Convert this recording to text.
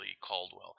Caldwell